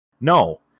No